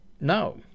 no